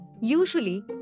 usually